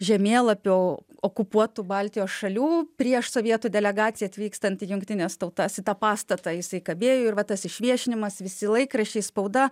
žemėlapiu okupuotų baltijos šalių prieš sovietų delegacijai atvykstant į jungtines tautas į tą pastatą jisai kabėjo ir va tas išviešinimas visi laikraščiai spauda